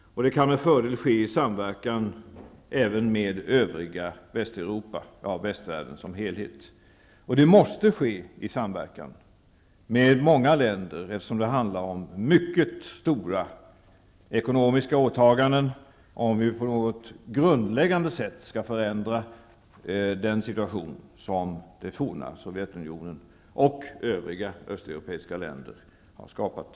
Det kan med fördel även ske i samverkan med övriga Västeuropa och västvärlden som helhet. Det måste ske i samverkan med många länder eftersom det handlar om mycket stora ekonomiska åtaganden om vi på något grundläggande sätt skall förändra den situation som det forna Sovjetunionen och övriga östeuropeiska länder har skapat.